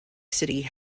city